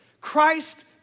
Christ